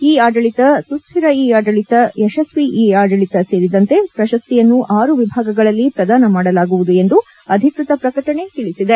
E ಆಡಳಿತ ಸುಸ್ಥಿರ e ಆಡಳಿತ ಯಶಸ್ವಿ ಇ ಆಡಳಿತ ಸೇರಿದಂತೆ ಪ್ರಶಸ್ತಿಯನ್ನು ಆರು ವಿಭಾಗಗಳಲ್ಲಿ ಪ್ರದಾನ ಮಾಡಲಾಗುವುದು ಎಂದು ಅಧಿಕೃತ ಪ್ರಕಟಣೆ ತಿಳಿಸಿದೆ